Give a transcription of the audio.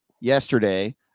yesterday